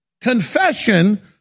confession